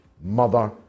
mother